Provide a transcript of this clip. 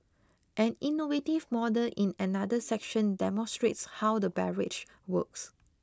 an innovative model in another section demonstrates how the barrage works